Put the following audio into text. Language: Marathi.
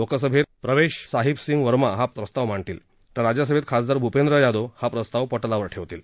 लोकसभेत प्रवेश साहिंब सिंग वर्मा हा प्रस्ताव मांडतील तर राज्यसभेत खासदार भुपेंद्र यादव हा प्रस्ताव पटलावर ठेवतील